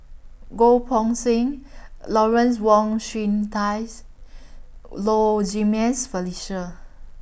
Goh Poh Seng Lawrence Wong Shyun Tsai's Low Felicia